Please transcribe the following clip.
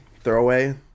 throwaway